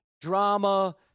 drama